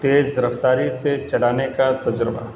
تیز رفتاری سے چلانے کا تجربہ